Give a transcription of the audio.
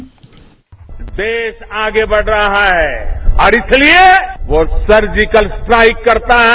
bite देश आगे बढ़ रहा है और इसलिए वो सर्जिकल स्ट्राइक करता है